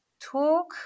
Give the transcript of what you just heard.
talk